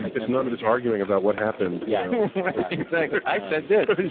it's none of this arguing about what happened. yeah exactly, i said this.